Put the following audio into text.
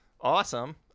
Awesome